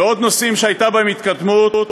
ועוד נושאים שהייתה בהם התקדמות: